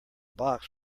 box